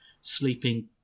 sleeping